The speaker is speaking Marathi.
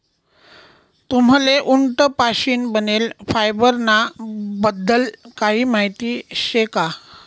तुम्हले उंट पाशीन बनेल फायबर ना बद्दल काही माहिती शे का?